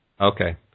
Okay